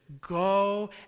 go